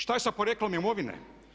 Šta je sa porijeklom imovine?